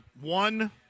one